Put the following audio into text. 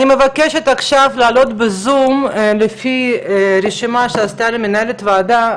אני מבקשת עכשיו להעלות בזום לפי רשימה שעשתה לי מנהלת הוועדה,